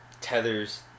tethers